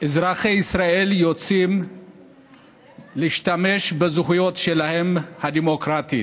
אזרחי ישראל יוצאים להשתמש בזכות שלהם, הדמוקרטית,